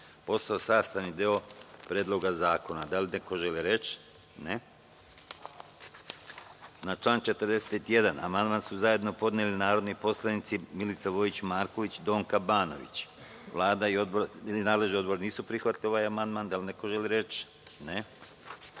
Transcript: postao sastavni deo Predloga zakona. Da li neko želi reč? (Ne)Na član 41. amandman su zajedno podneli narodni poslanici Milica Vojić Marković i Donka Banović. Vlada i nadležni odbor nisu prihvatili ovaj amandman. Da li neko želi reč?